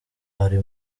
ari